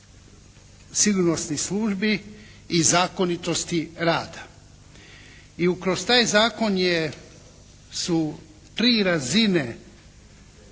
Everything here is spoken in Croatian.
sigurnosnih službi i zakonitosti rada. I kroz taj zakon su tri razine